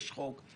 יש חוק,